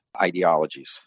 ideologies